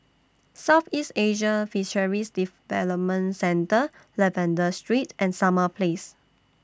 Southeast Asian Fisheries Development Centre Lavender Street and Summer Place